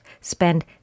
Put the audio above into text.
spend